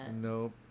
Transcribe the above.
Nope